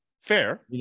Fair